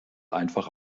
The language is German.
einfach